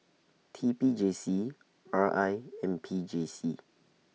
T P J C R I and P J C